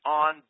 on